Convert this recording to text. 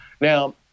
Now